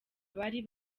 abari